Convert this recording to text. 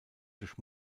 durch